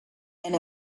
and